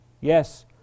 Yes